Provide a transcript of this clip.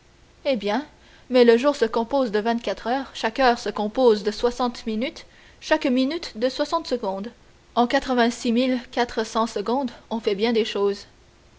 eh bien mais le jour se compose de vingt-quatre heures chaque heure se compose de soixante minutes chaque minute de soixante secondes en quatre-vingt-six mille quatre cents secondes on fait bien des choses